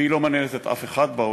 והיא לא מעניינת את אף אחד בעולם,